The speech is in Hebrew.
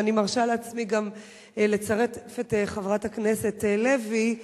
ואני מרשה לעצמי לצרף גם את חברת הכנסת לוי,